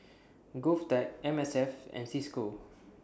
Govtech M S F and CISCO